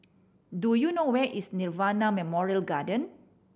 do you know where is Nirvana Memorial Garden